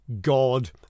God